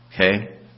Okay